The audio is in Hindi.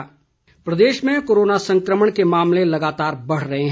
कोरोना अपडेट प्रदेश में कोरोना संकमण के मामले लगातार बढ़ रहे हैं